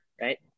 right